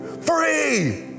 free